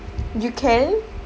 you can